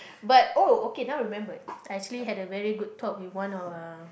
but oh okay now I remembered I actually had a very good talk with one of uh